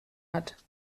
hat